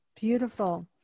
Beautiful